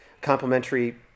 complementary